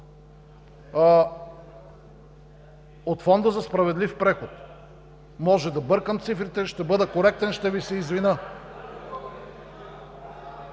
от Фонда за справедлив преход. Може да бъркам цифрите, ще бъда коректен – ще Ви се извиня.